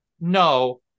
no